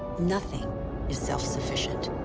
nothing is self-sufficient.